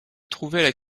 trouvaient